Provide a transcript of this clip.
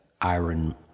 iron